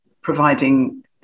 providing